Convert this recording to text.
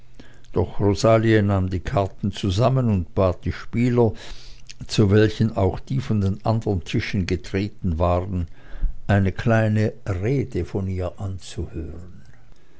doch rosalie nahm die karten zusammen und bat die spieler zu welchen auch die von den andern tischen getreten waren eine kleine rede von ihr anzuhören